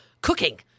cooking